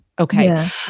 Okay